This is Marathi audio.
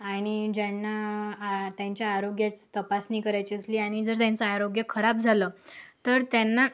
आणि ज्यांना त्यांच्या आरोग्याचं तपासणी करायची असली आणि जर त्यांचं आरोग्य खराब झालं तर त्यांना